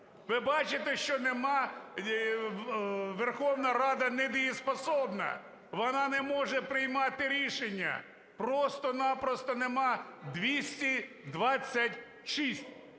Ви бачите, що нема… Верховна Рада недієспособна, вона не може приймати рішення, просто-на-просто нема 226.